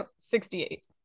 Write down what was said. Sixty-eight